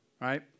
right